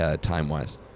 time-wise